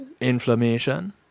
inflammation